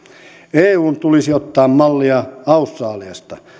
eun tulisi ottaa mallia australiasta